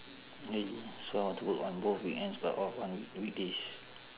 really so I want to work on both weekends but off on weekdays